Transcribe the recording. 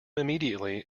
immediately